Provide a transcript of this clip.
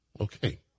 Okay